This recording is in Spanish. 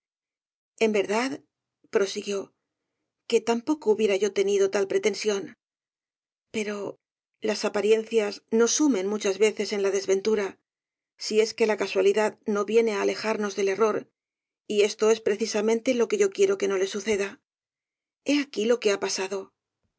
en verdad prosiguióque tampoco hubiera yo tenido tal pretensión pero las apariencias nos sumen muchas veces en la desventura si es que la casualidad no viene á alejarnos del error y esto es precisamente lo que yo quiero que no le suceda he aquí lo que ha pasado